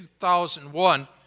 2001